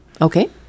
Okay